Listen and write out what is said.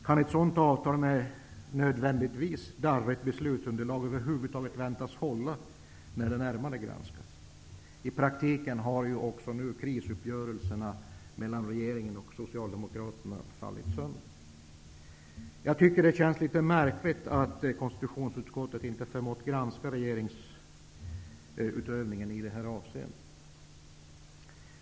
Kan ett sådant avtal med darrigt beslutsunderlag över huvud taget väntas hålla vid en närmare granskning? I praktiken har nu krisuppgörelserna mellan regeringen och Socialdemokraterna fallit sönder. Det känns litet märkligt att konstitutionsutskottet inte förmått granska regeringsutövningen i det här avseendet.